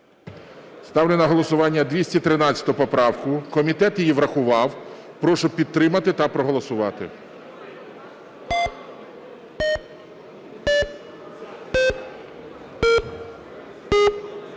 Ставлю на голосування 213 поправку. Комітет її врахував. Прошу підтримати та проголосувати.